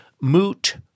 moot